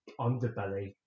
underbelly